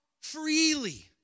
freely